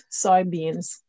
soybeans